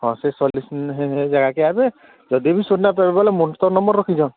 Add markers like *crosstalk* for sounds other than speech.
ହଁ ସେ ସଲୁସନ ହେଇ ହେଇକା ଯାଗାକୁ ଆସିବେ ଯଦି ବି *unintelligible* ପାଇବେ ବୋଲେ ମୋ ନମ୍ବର ରଖିଛ